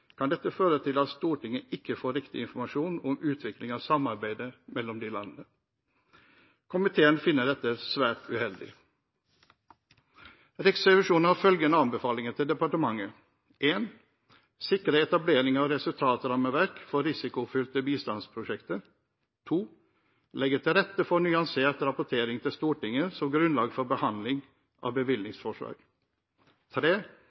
at Stortinget ikke får riktig informasjon om utviklingen av samarbeidet mellom landene. Komiteen finner dette svært uheldig. Riksrevisjonen har følgende anbefalinger til departementet: sikre etablering av et resultatrammeverk for risikofylte bistandsprosjekter legge til rette for nyansert rapportering til Stortinget som grunnlag for behandling av